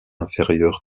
inférieure